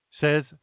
says